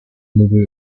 movie